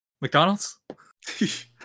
McDonald's